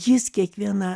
jis kiekvieną